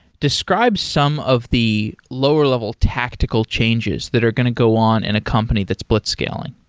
describe some of the lower level tactical changes that are going to go on in a company that's blitzscaling.